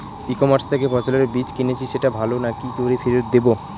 ই commerce থেকে ফসলের বীজ কিনেছি সেটা ভালো না কি করে ফেরত দেব?